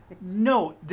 No